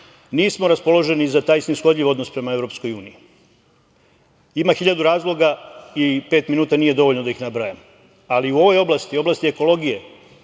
nismo raspoloženi za taj snishodljiv odnos prema EU. Ima hiljadu razloga i pet minuta nije dovoljno da ih nabrajam, ali u ovoj oblasti, oblasti ekologije